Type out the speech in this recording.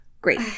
great